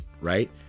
right